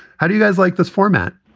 how do you guys like this format?